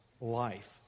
life